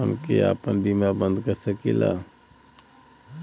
हमके आपन बीमा बन्द कर सकीला?